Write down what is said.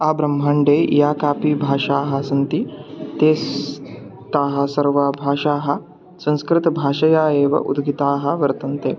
आ ब्रह्मण्डे या कापि भाषाः सन्ति ते ताः सर्वाः भाषाः संस्कृतभाषया एव उद्गताः वर्तन्ते